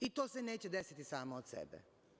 I, to se neće desiti samo od sebe.